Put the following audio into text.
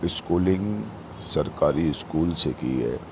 schooling سرکاری school سے کی ہے